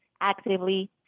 actively